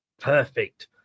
Perfect